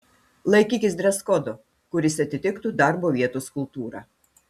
laikykis dreskodo kuris atitiktų darbo vietos kultūrą